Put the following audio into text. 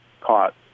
caught